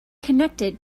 connected